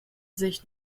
sich